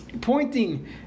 pointing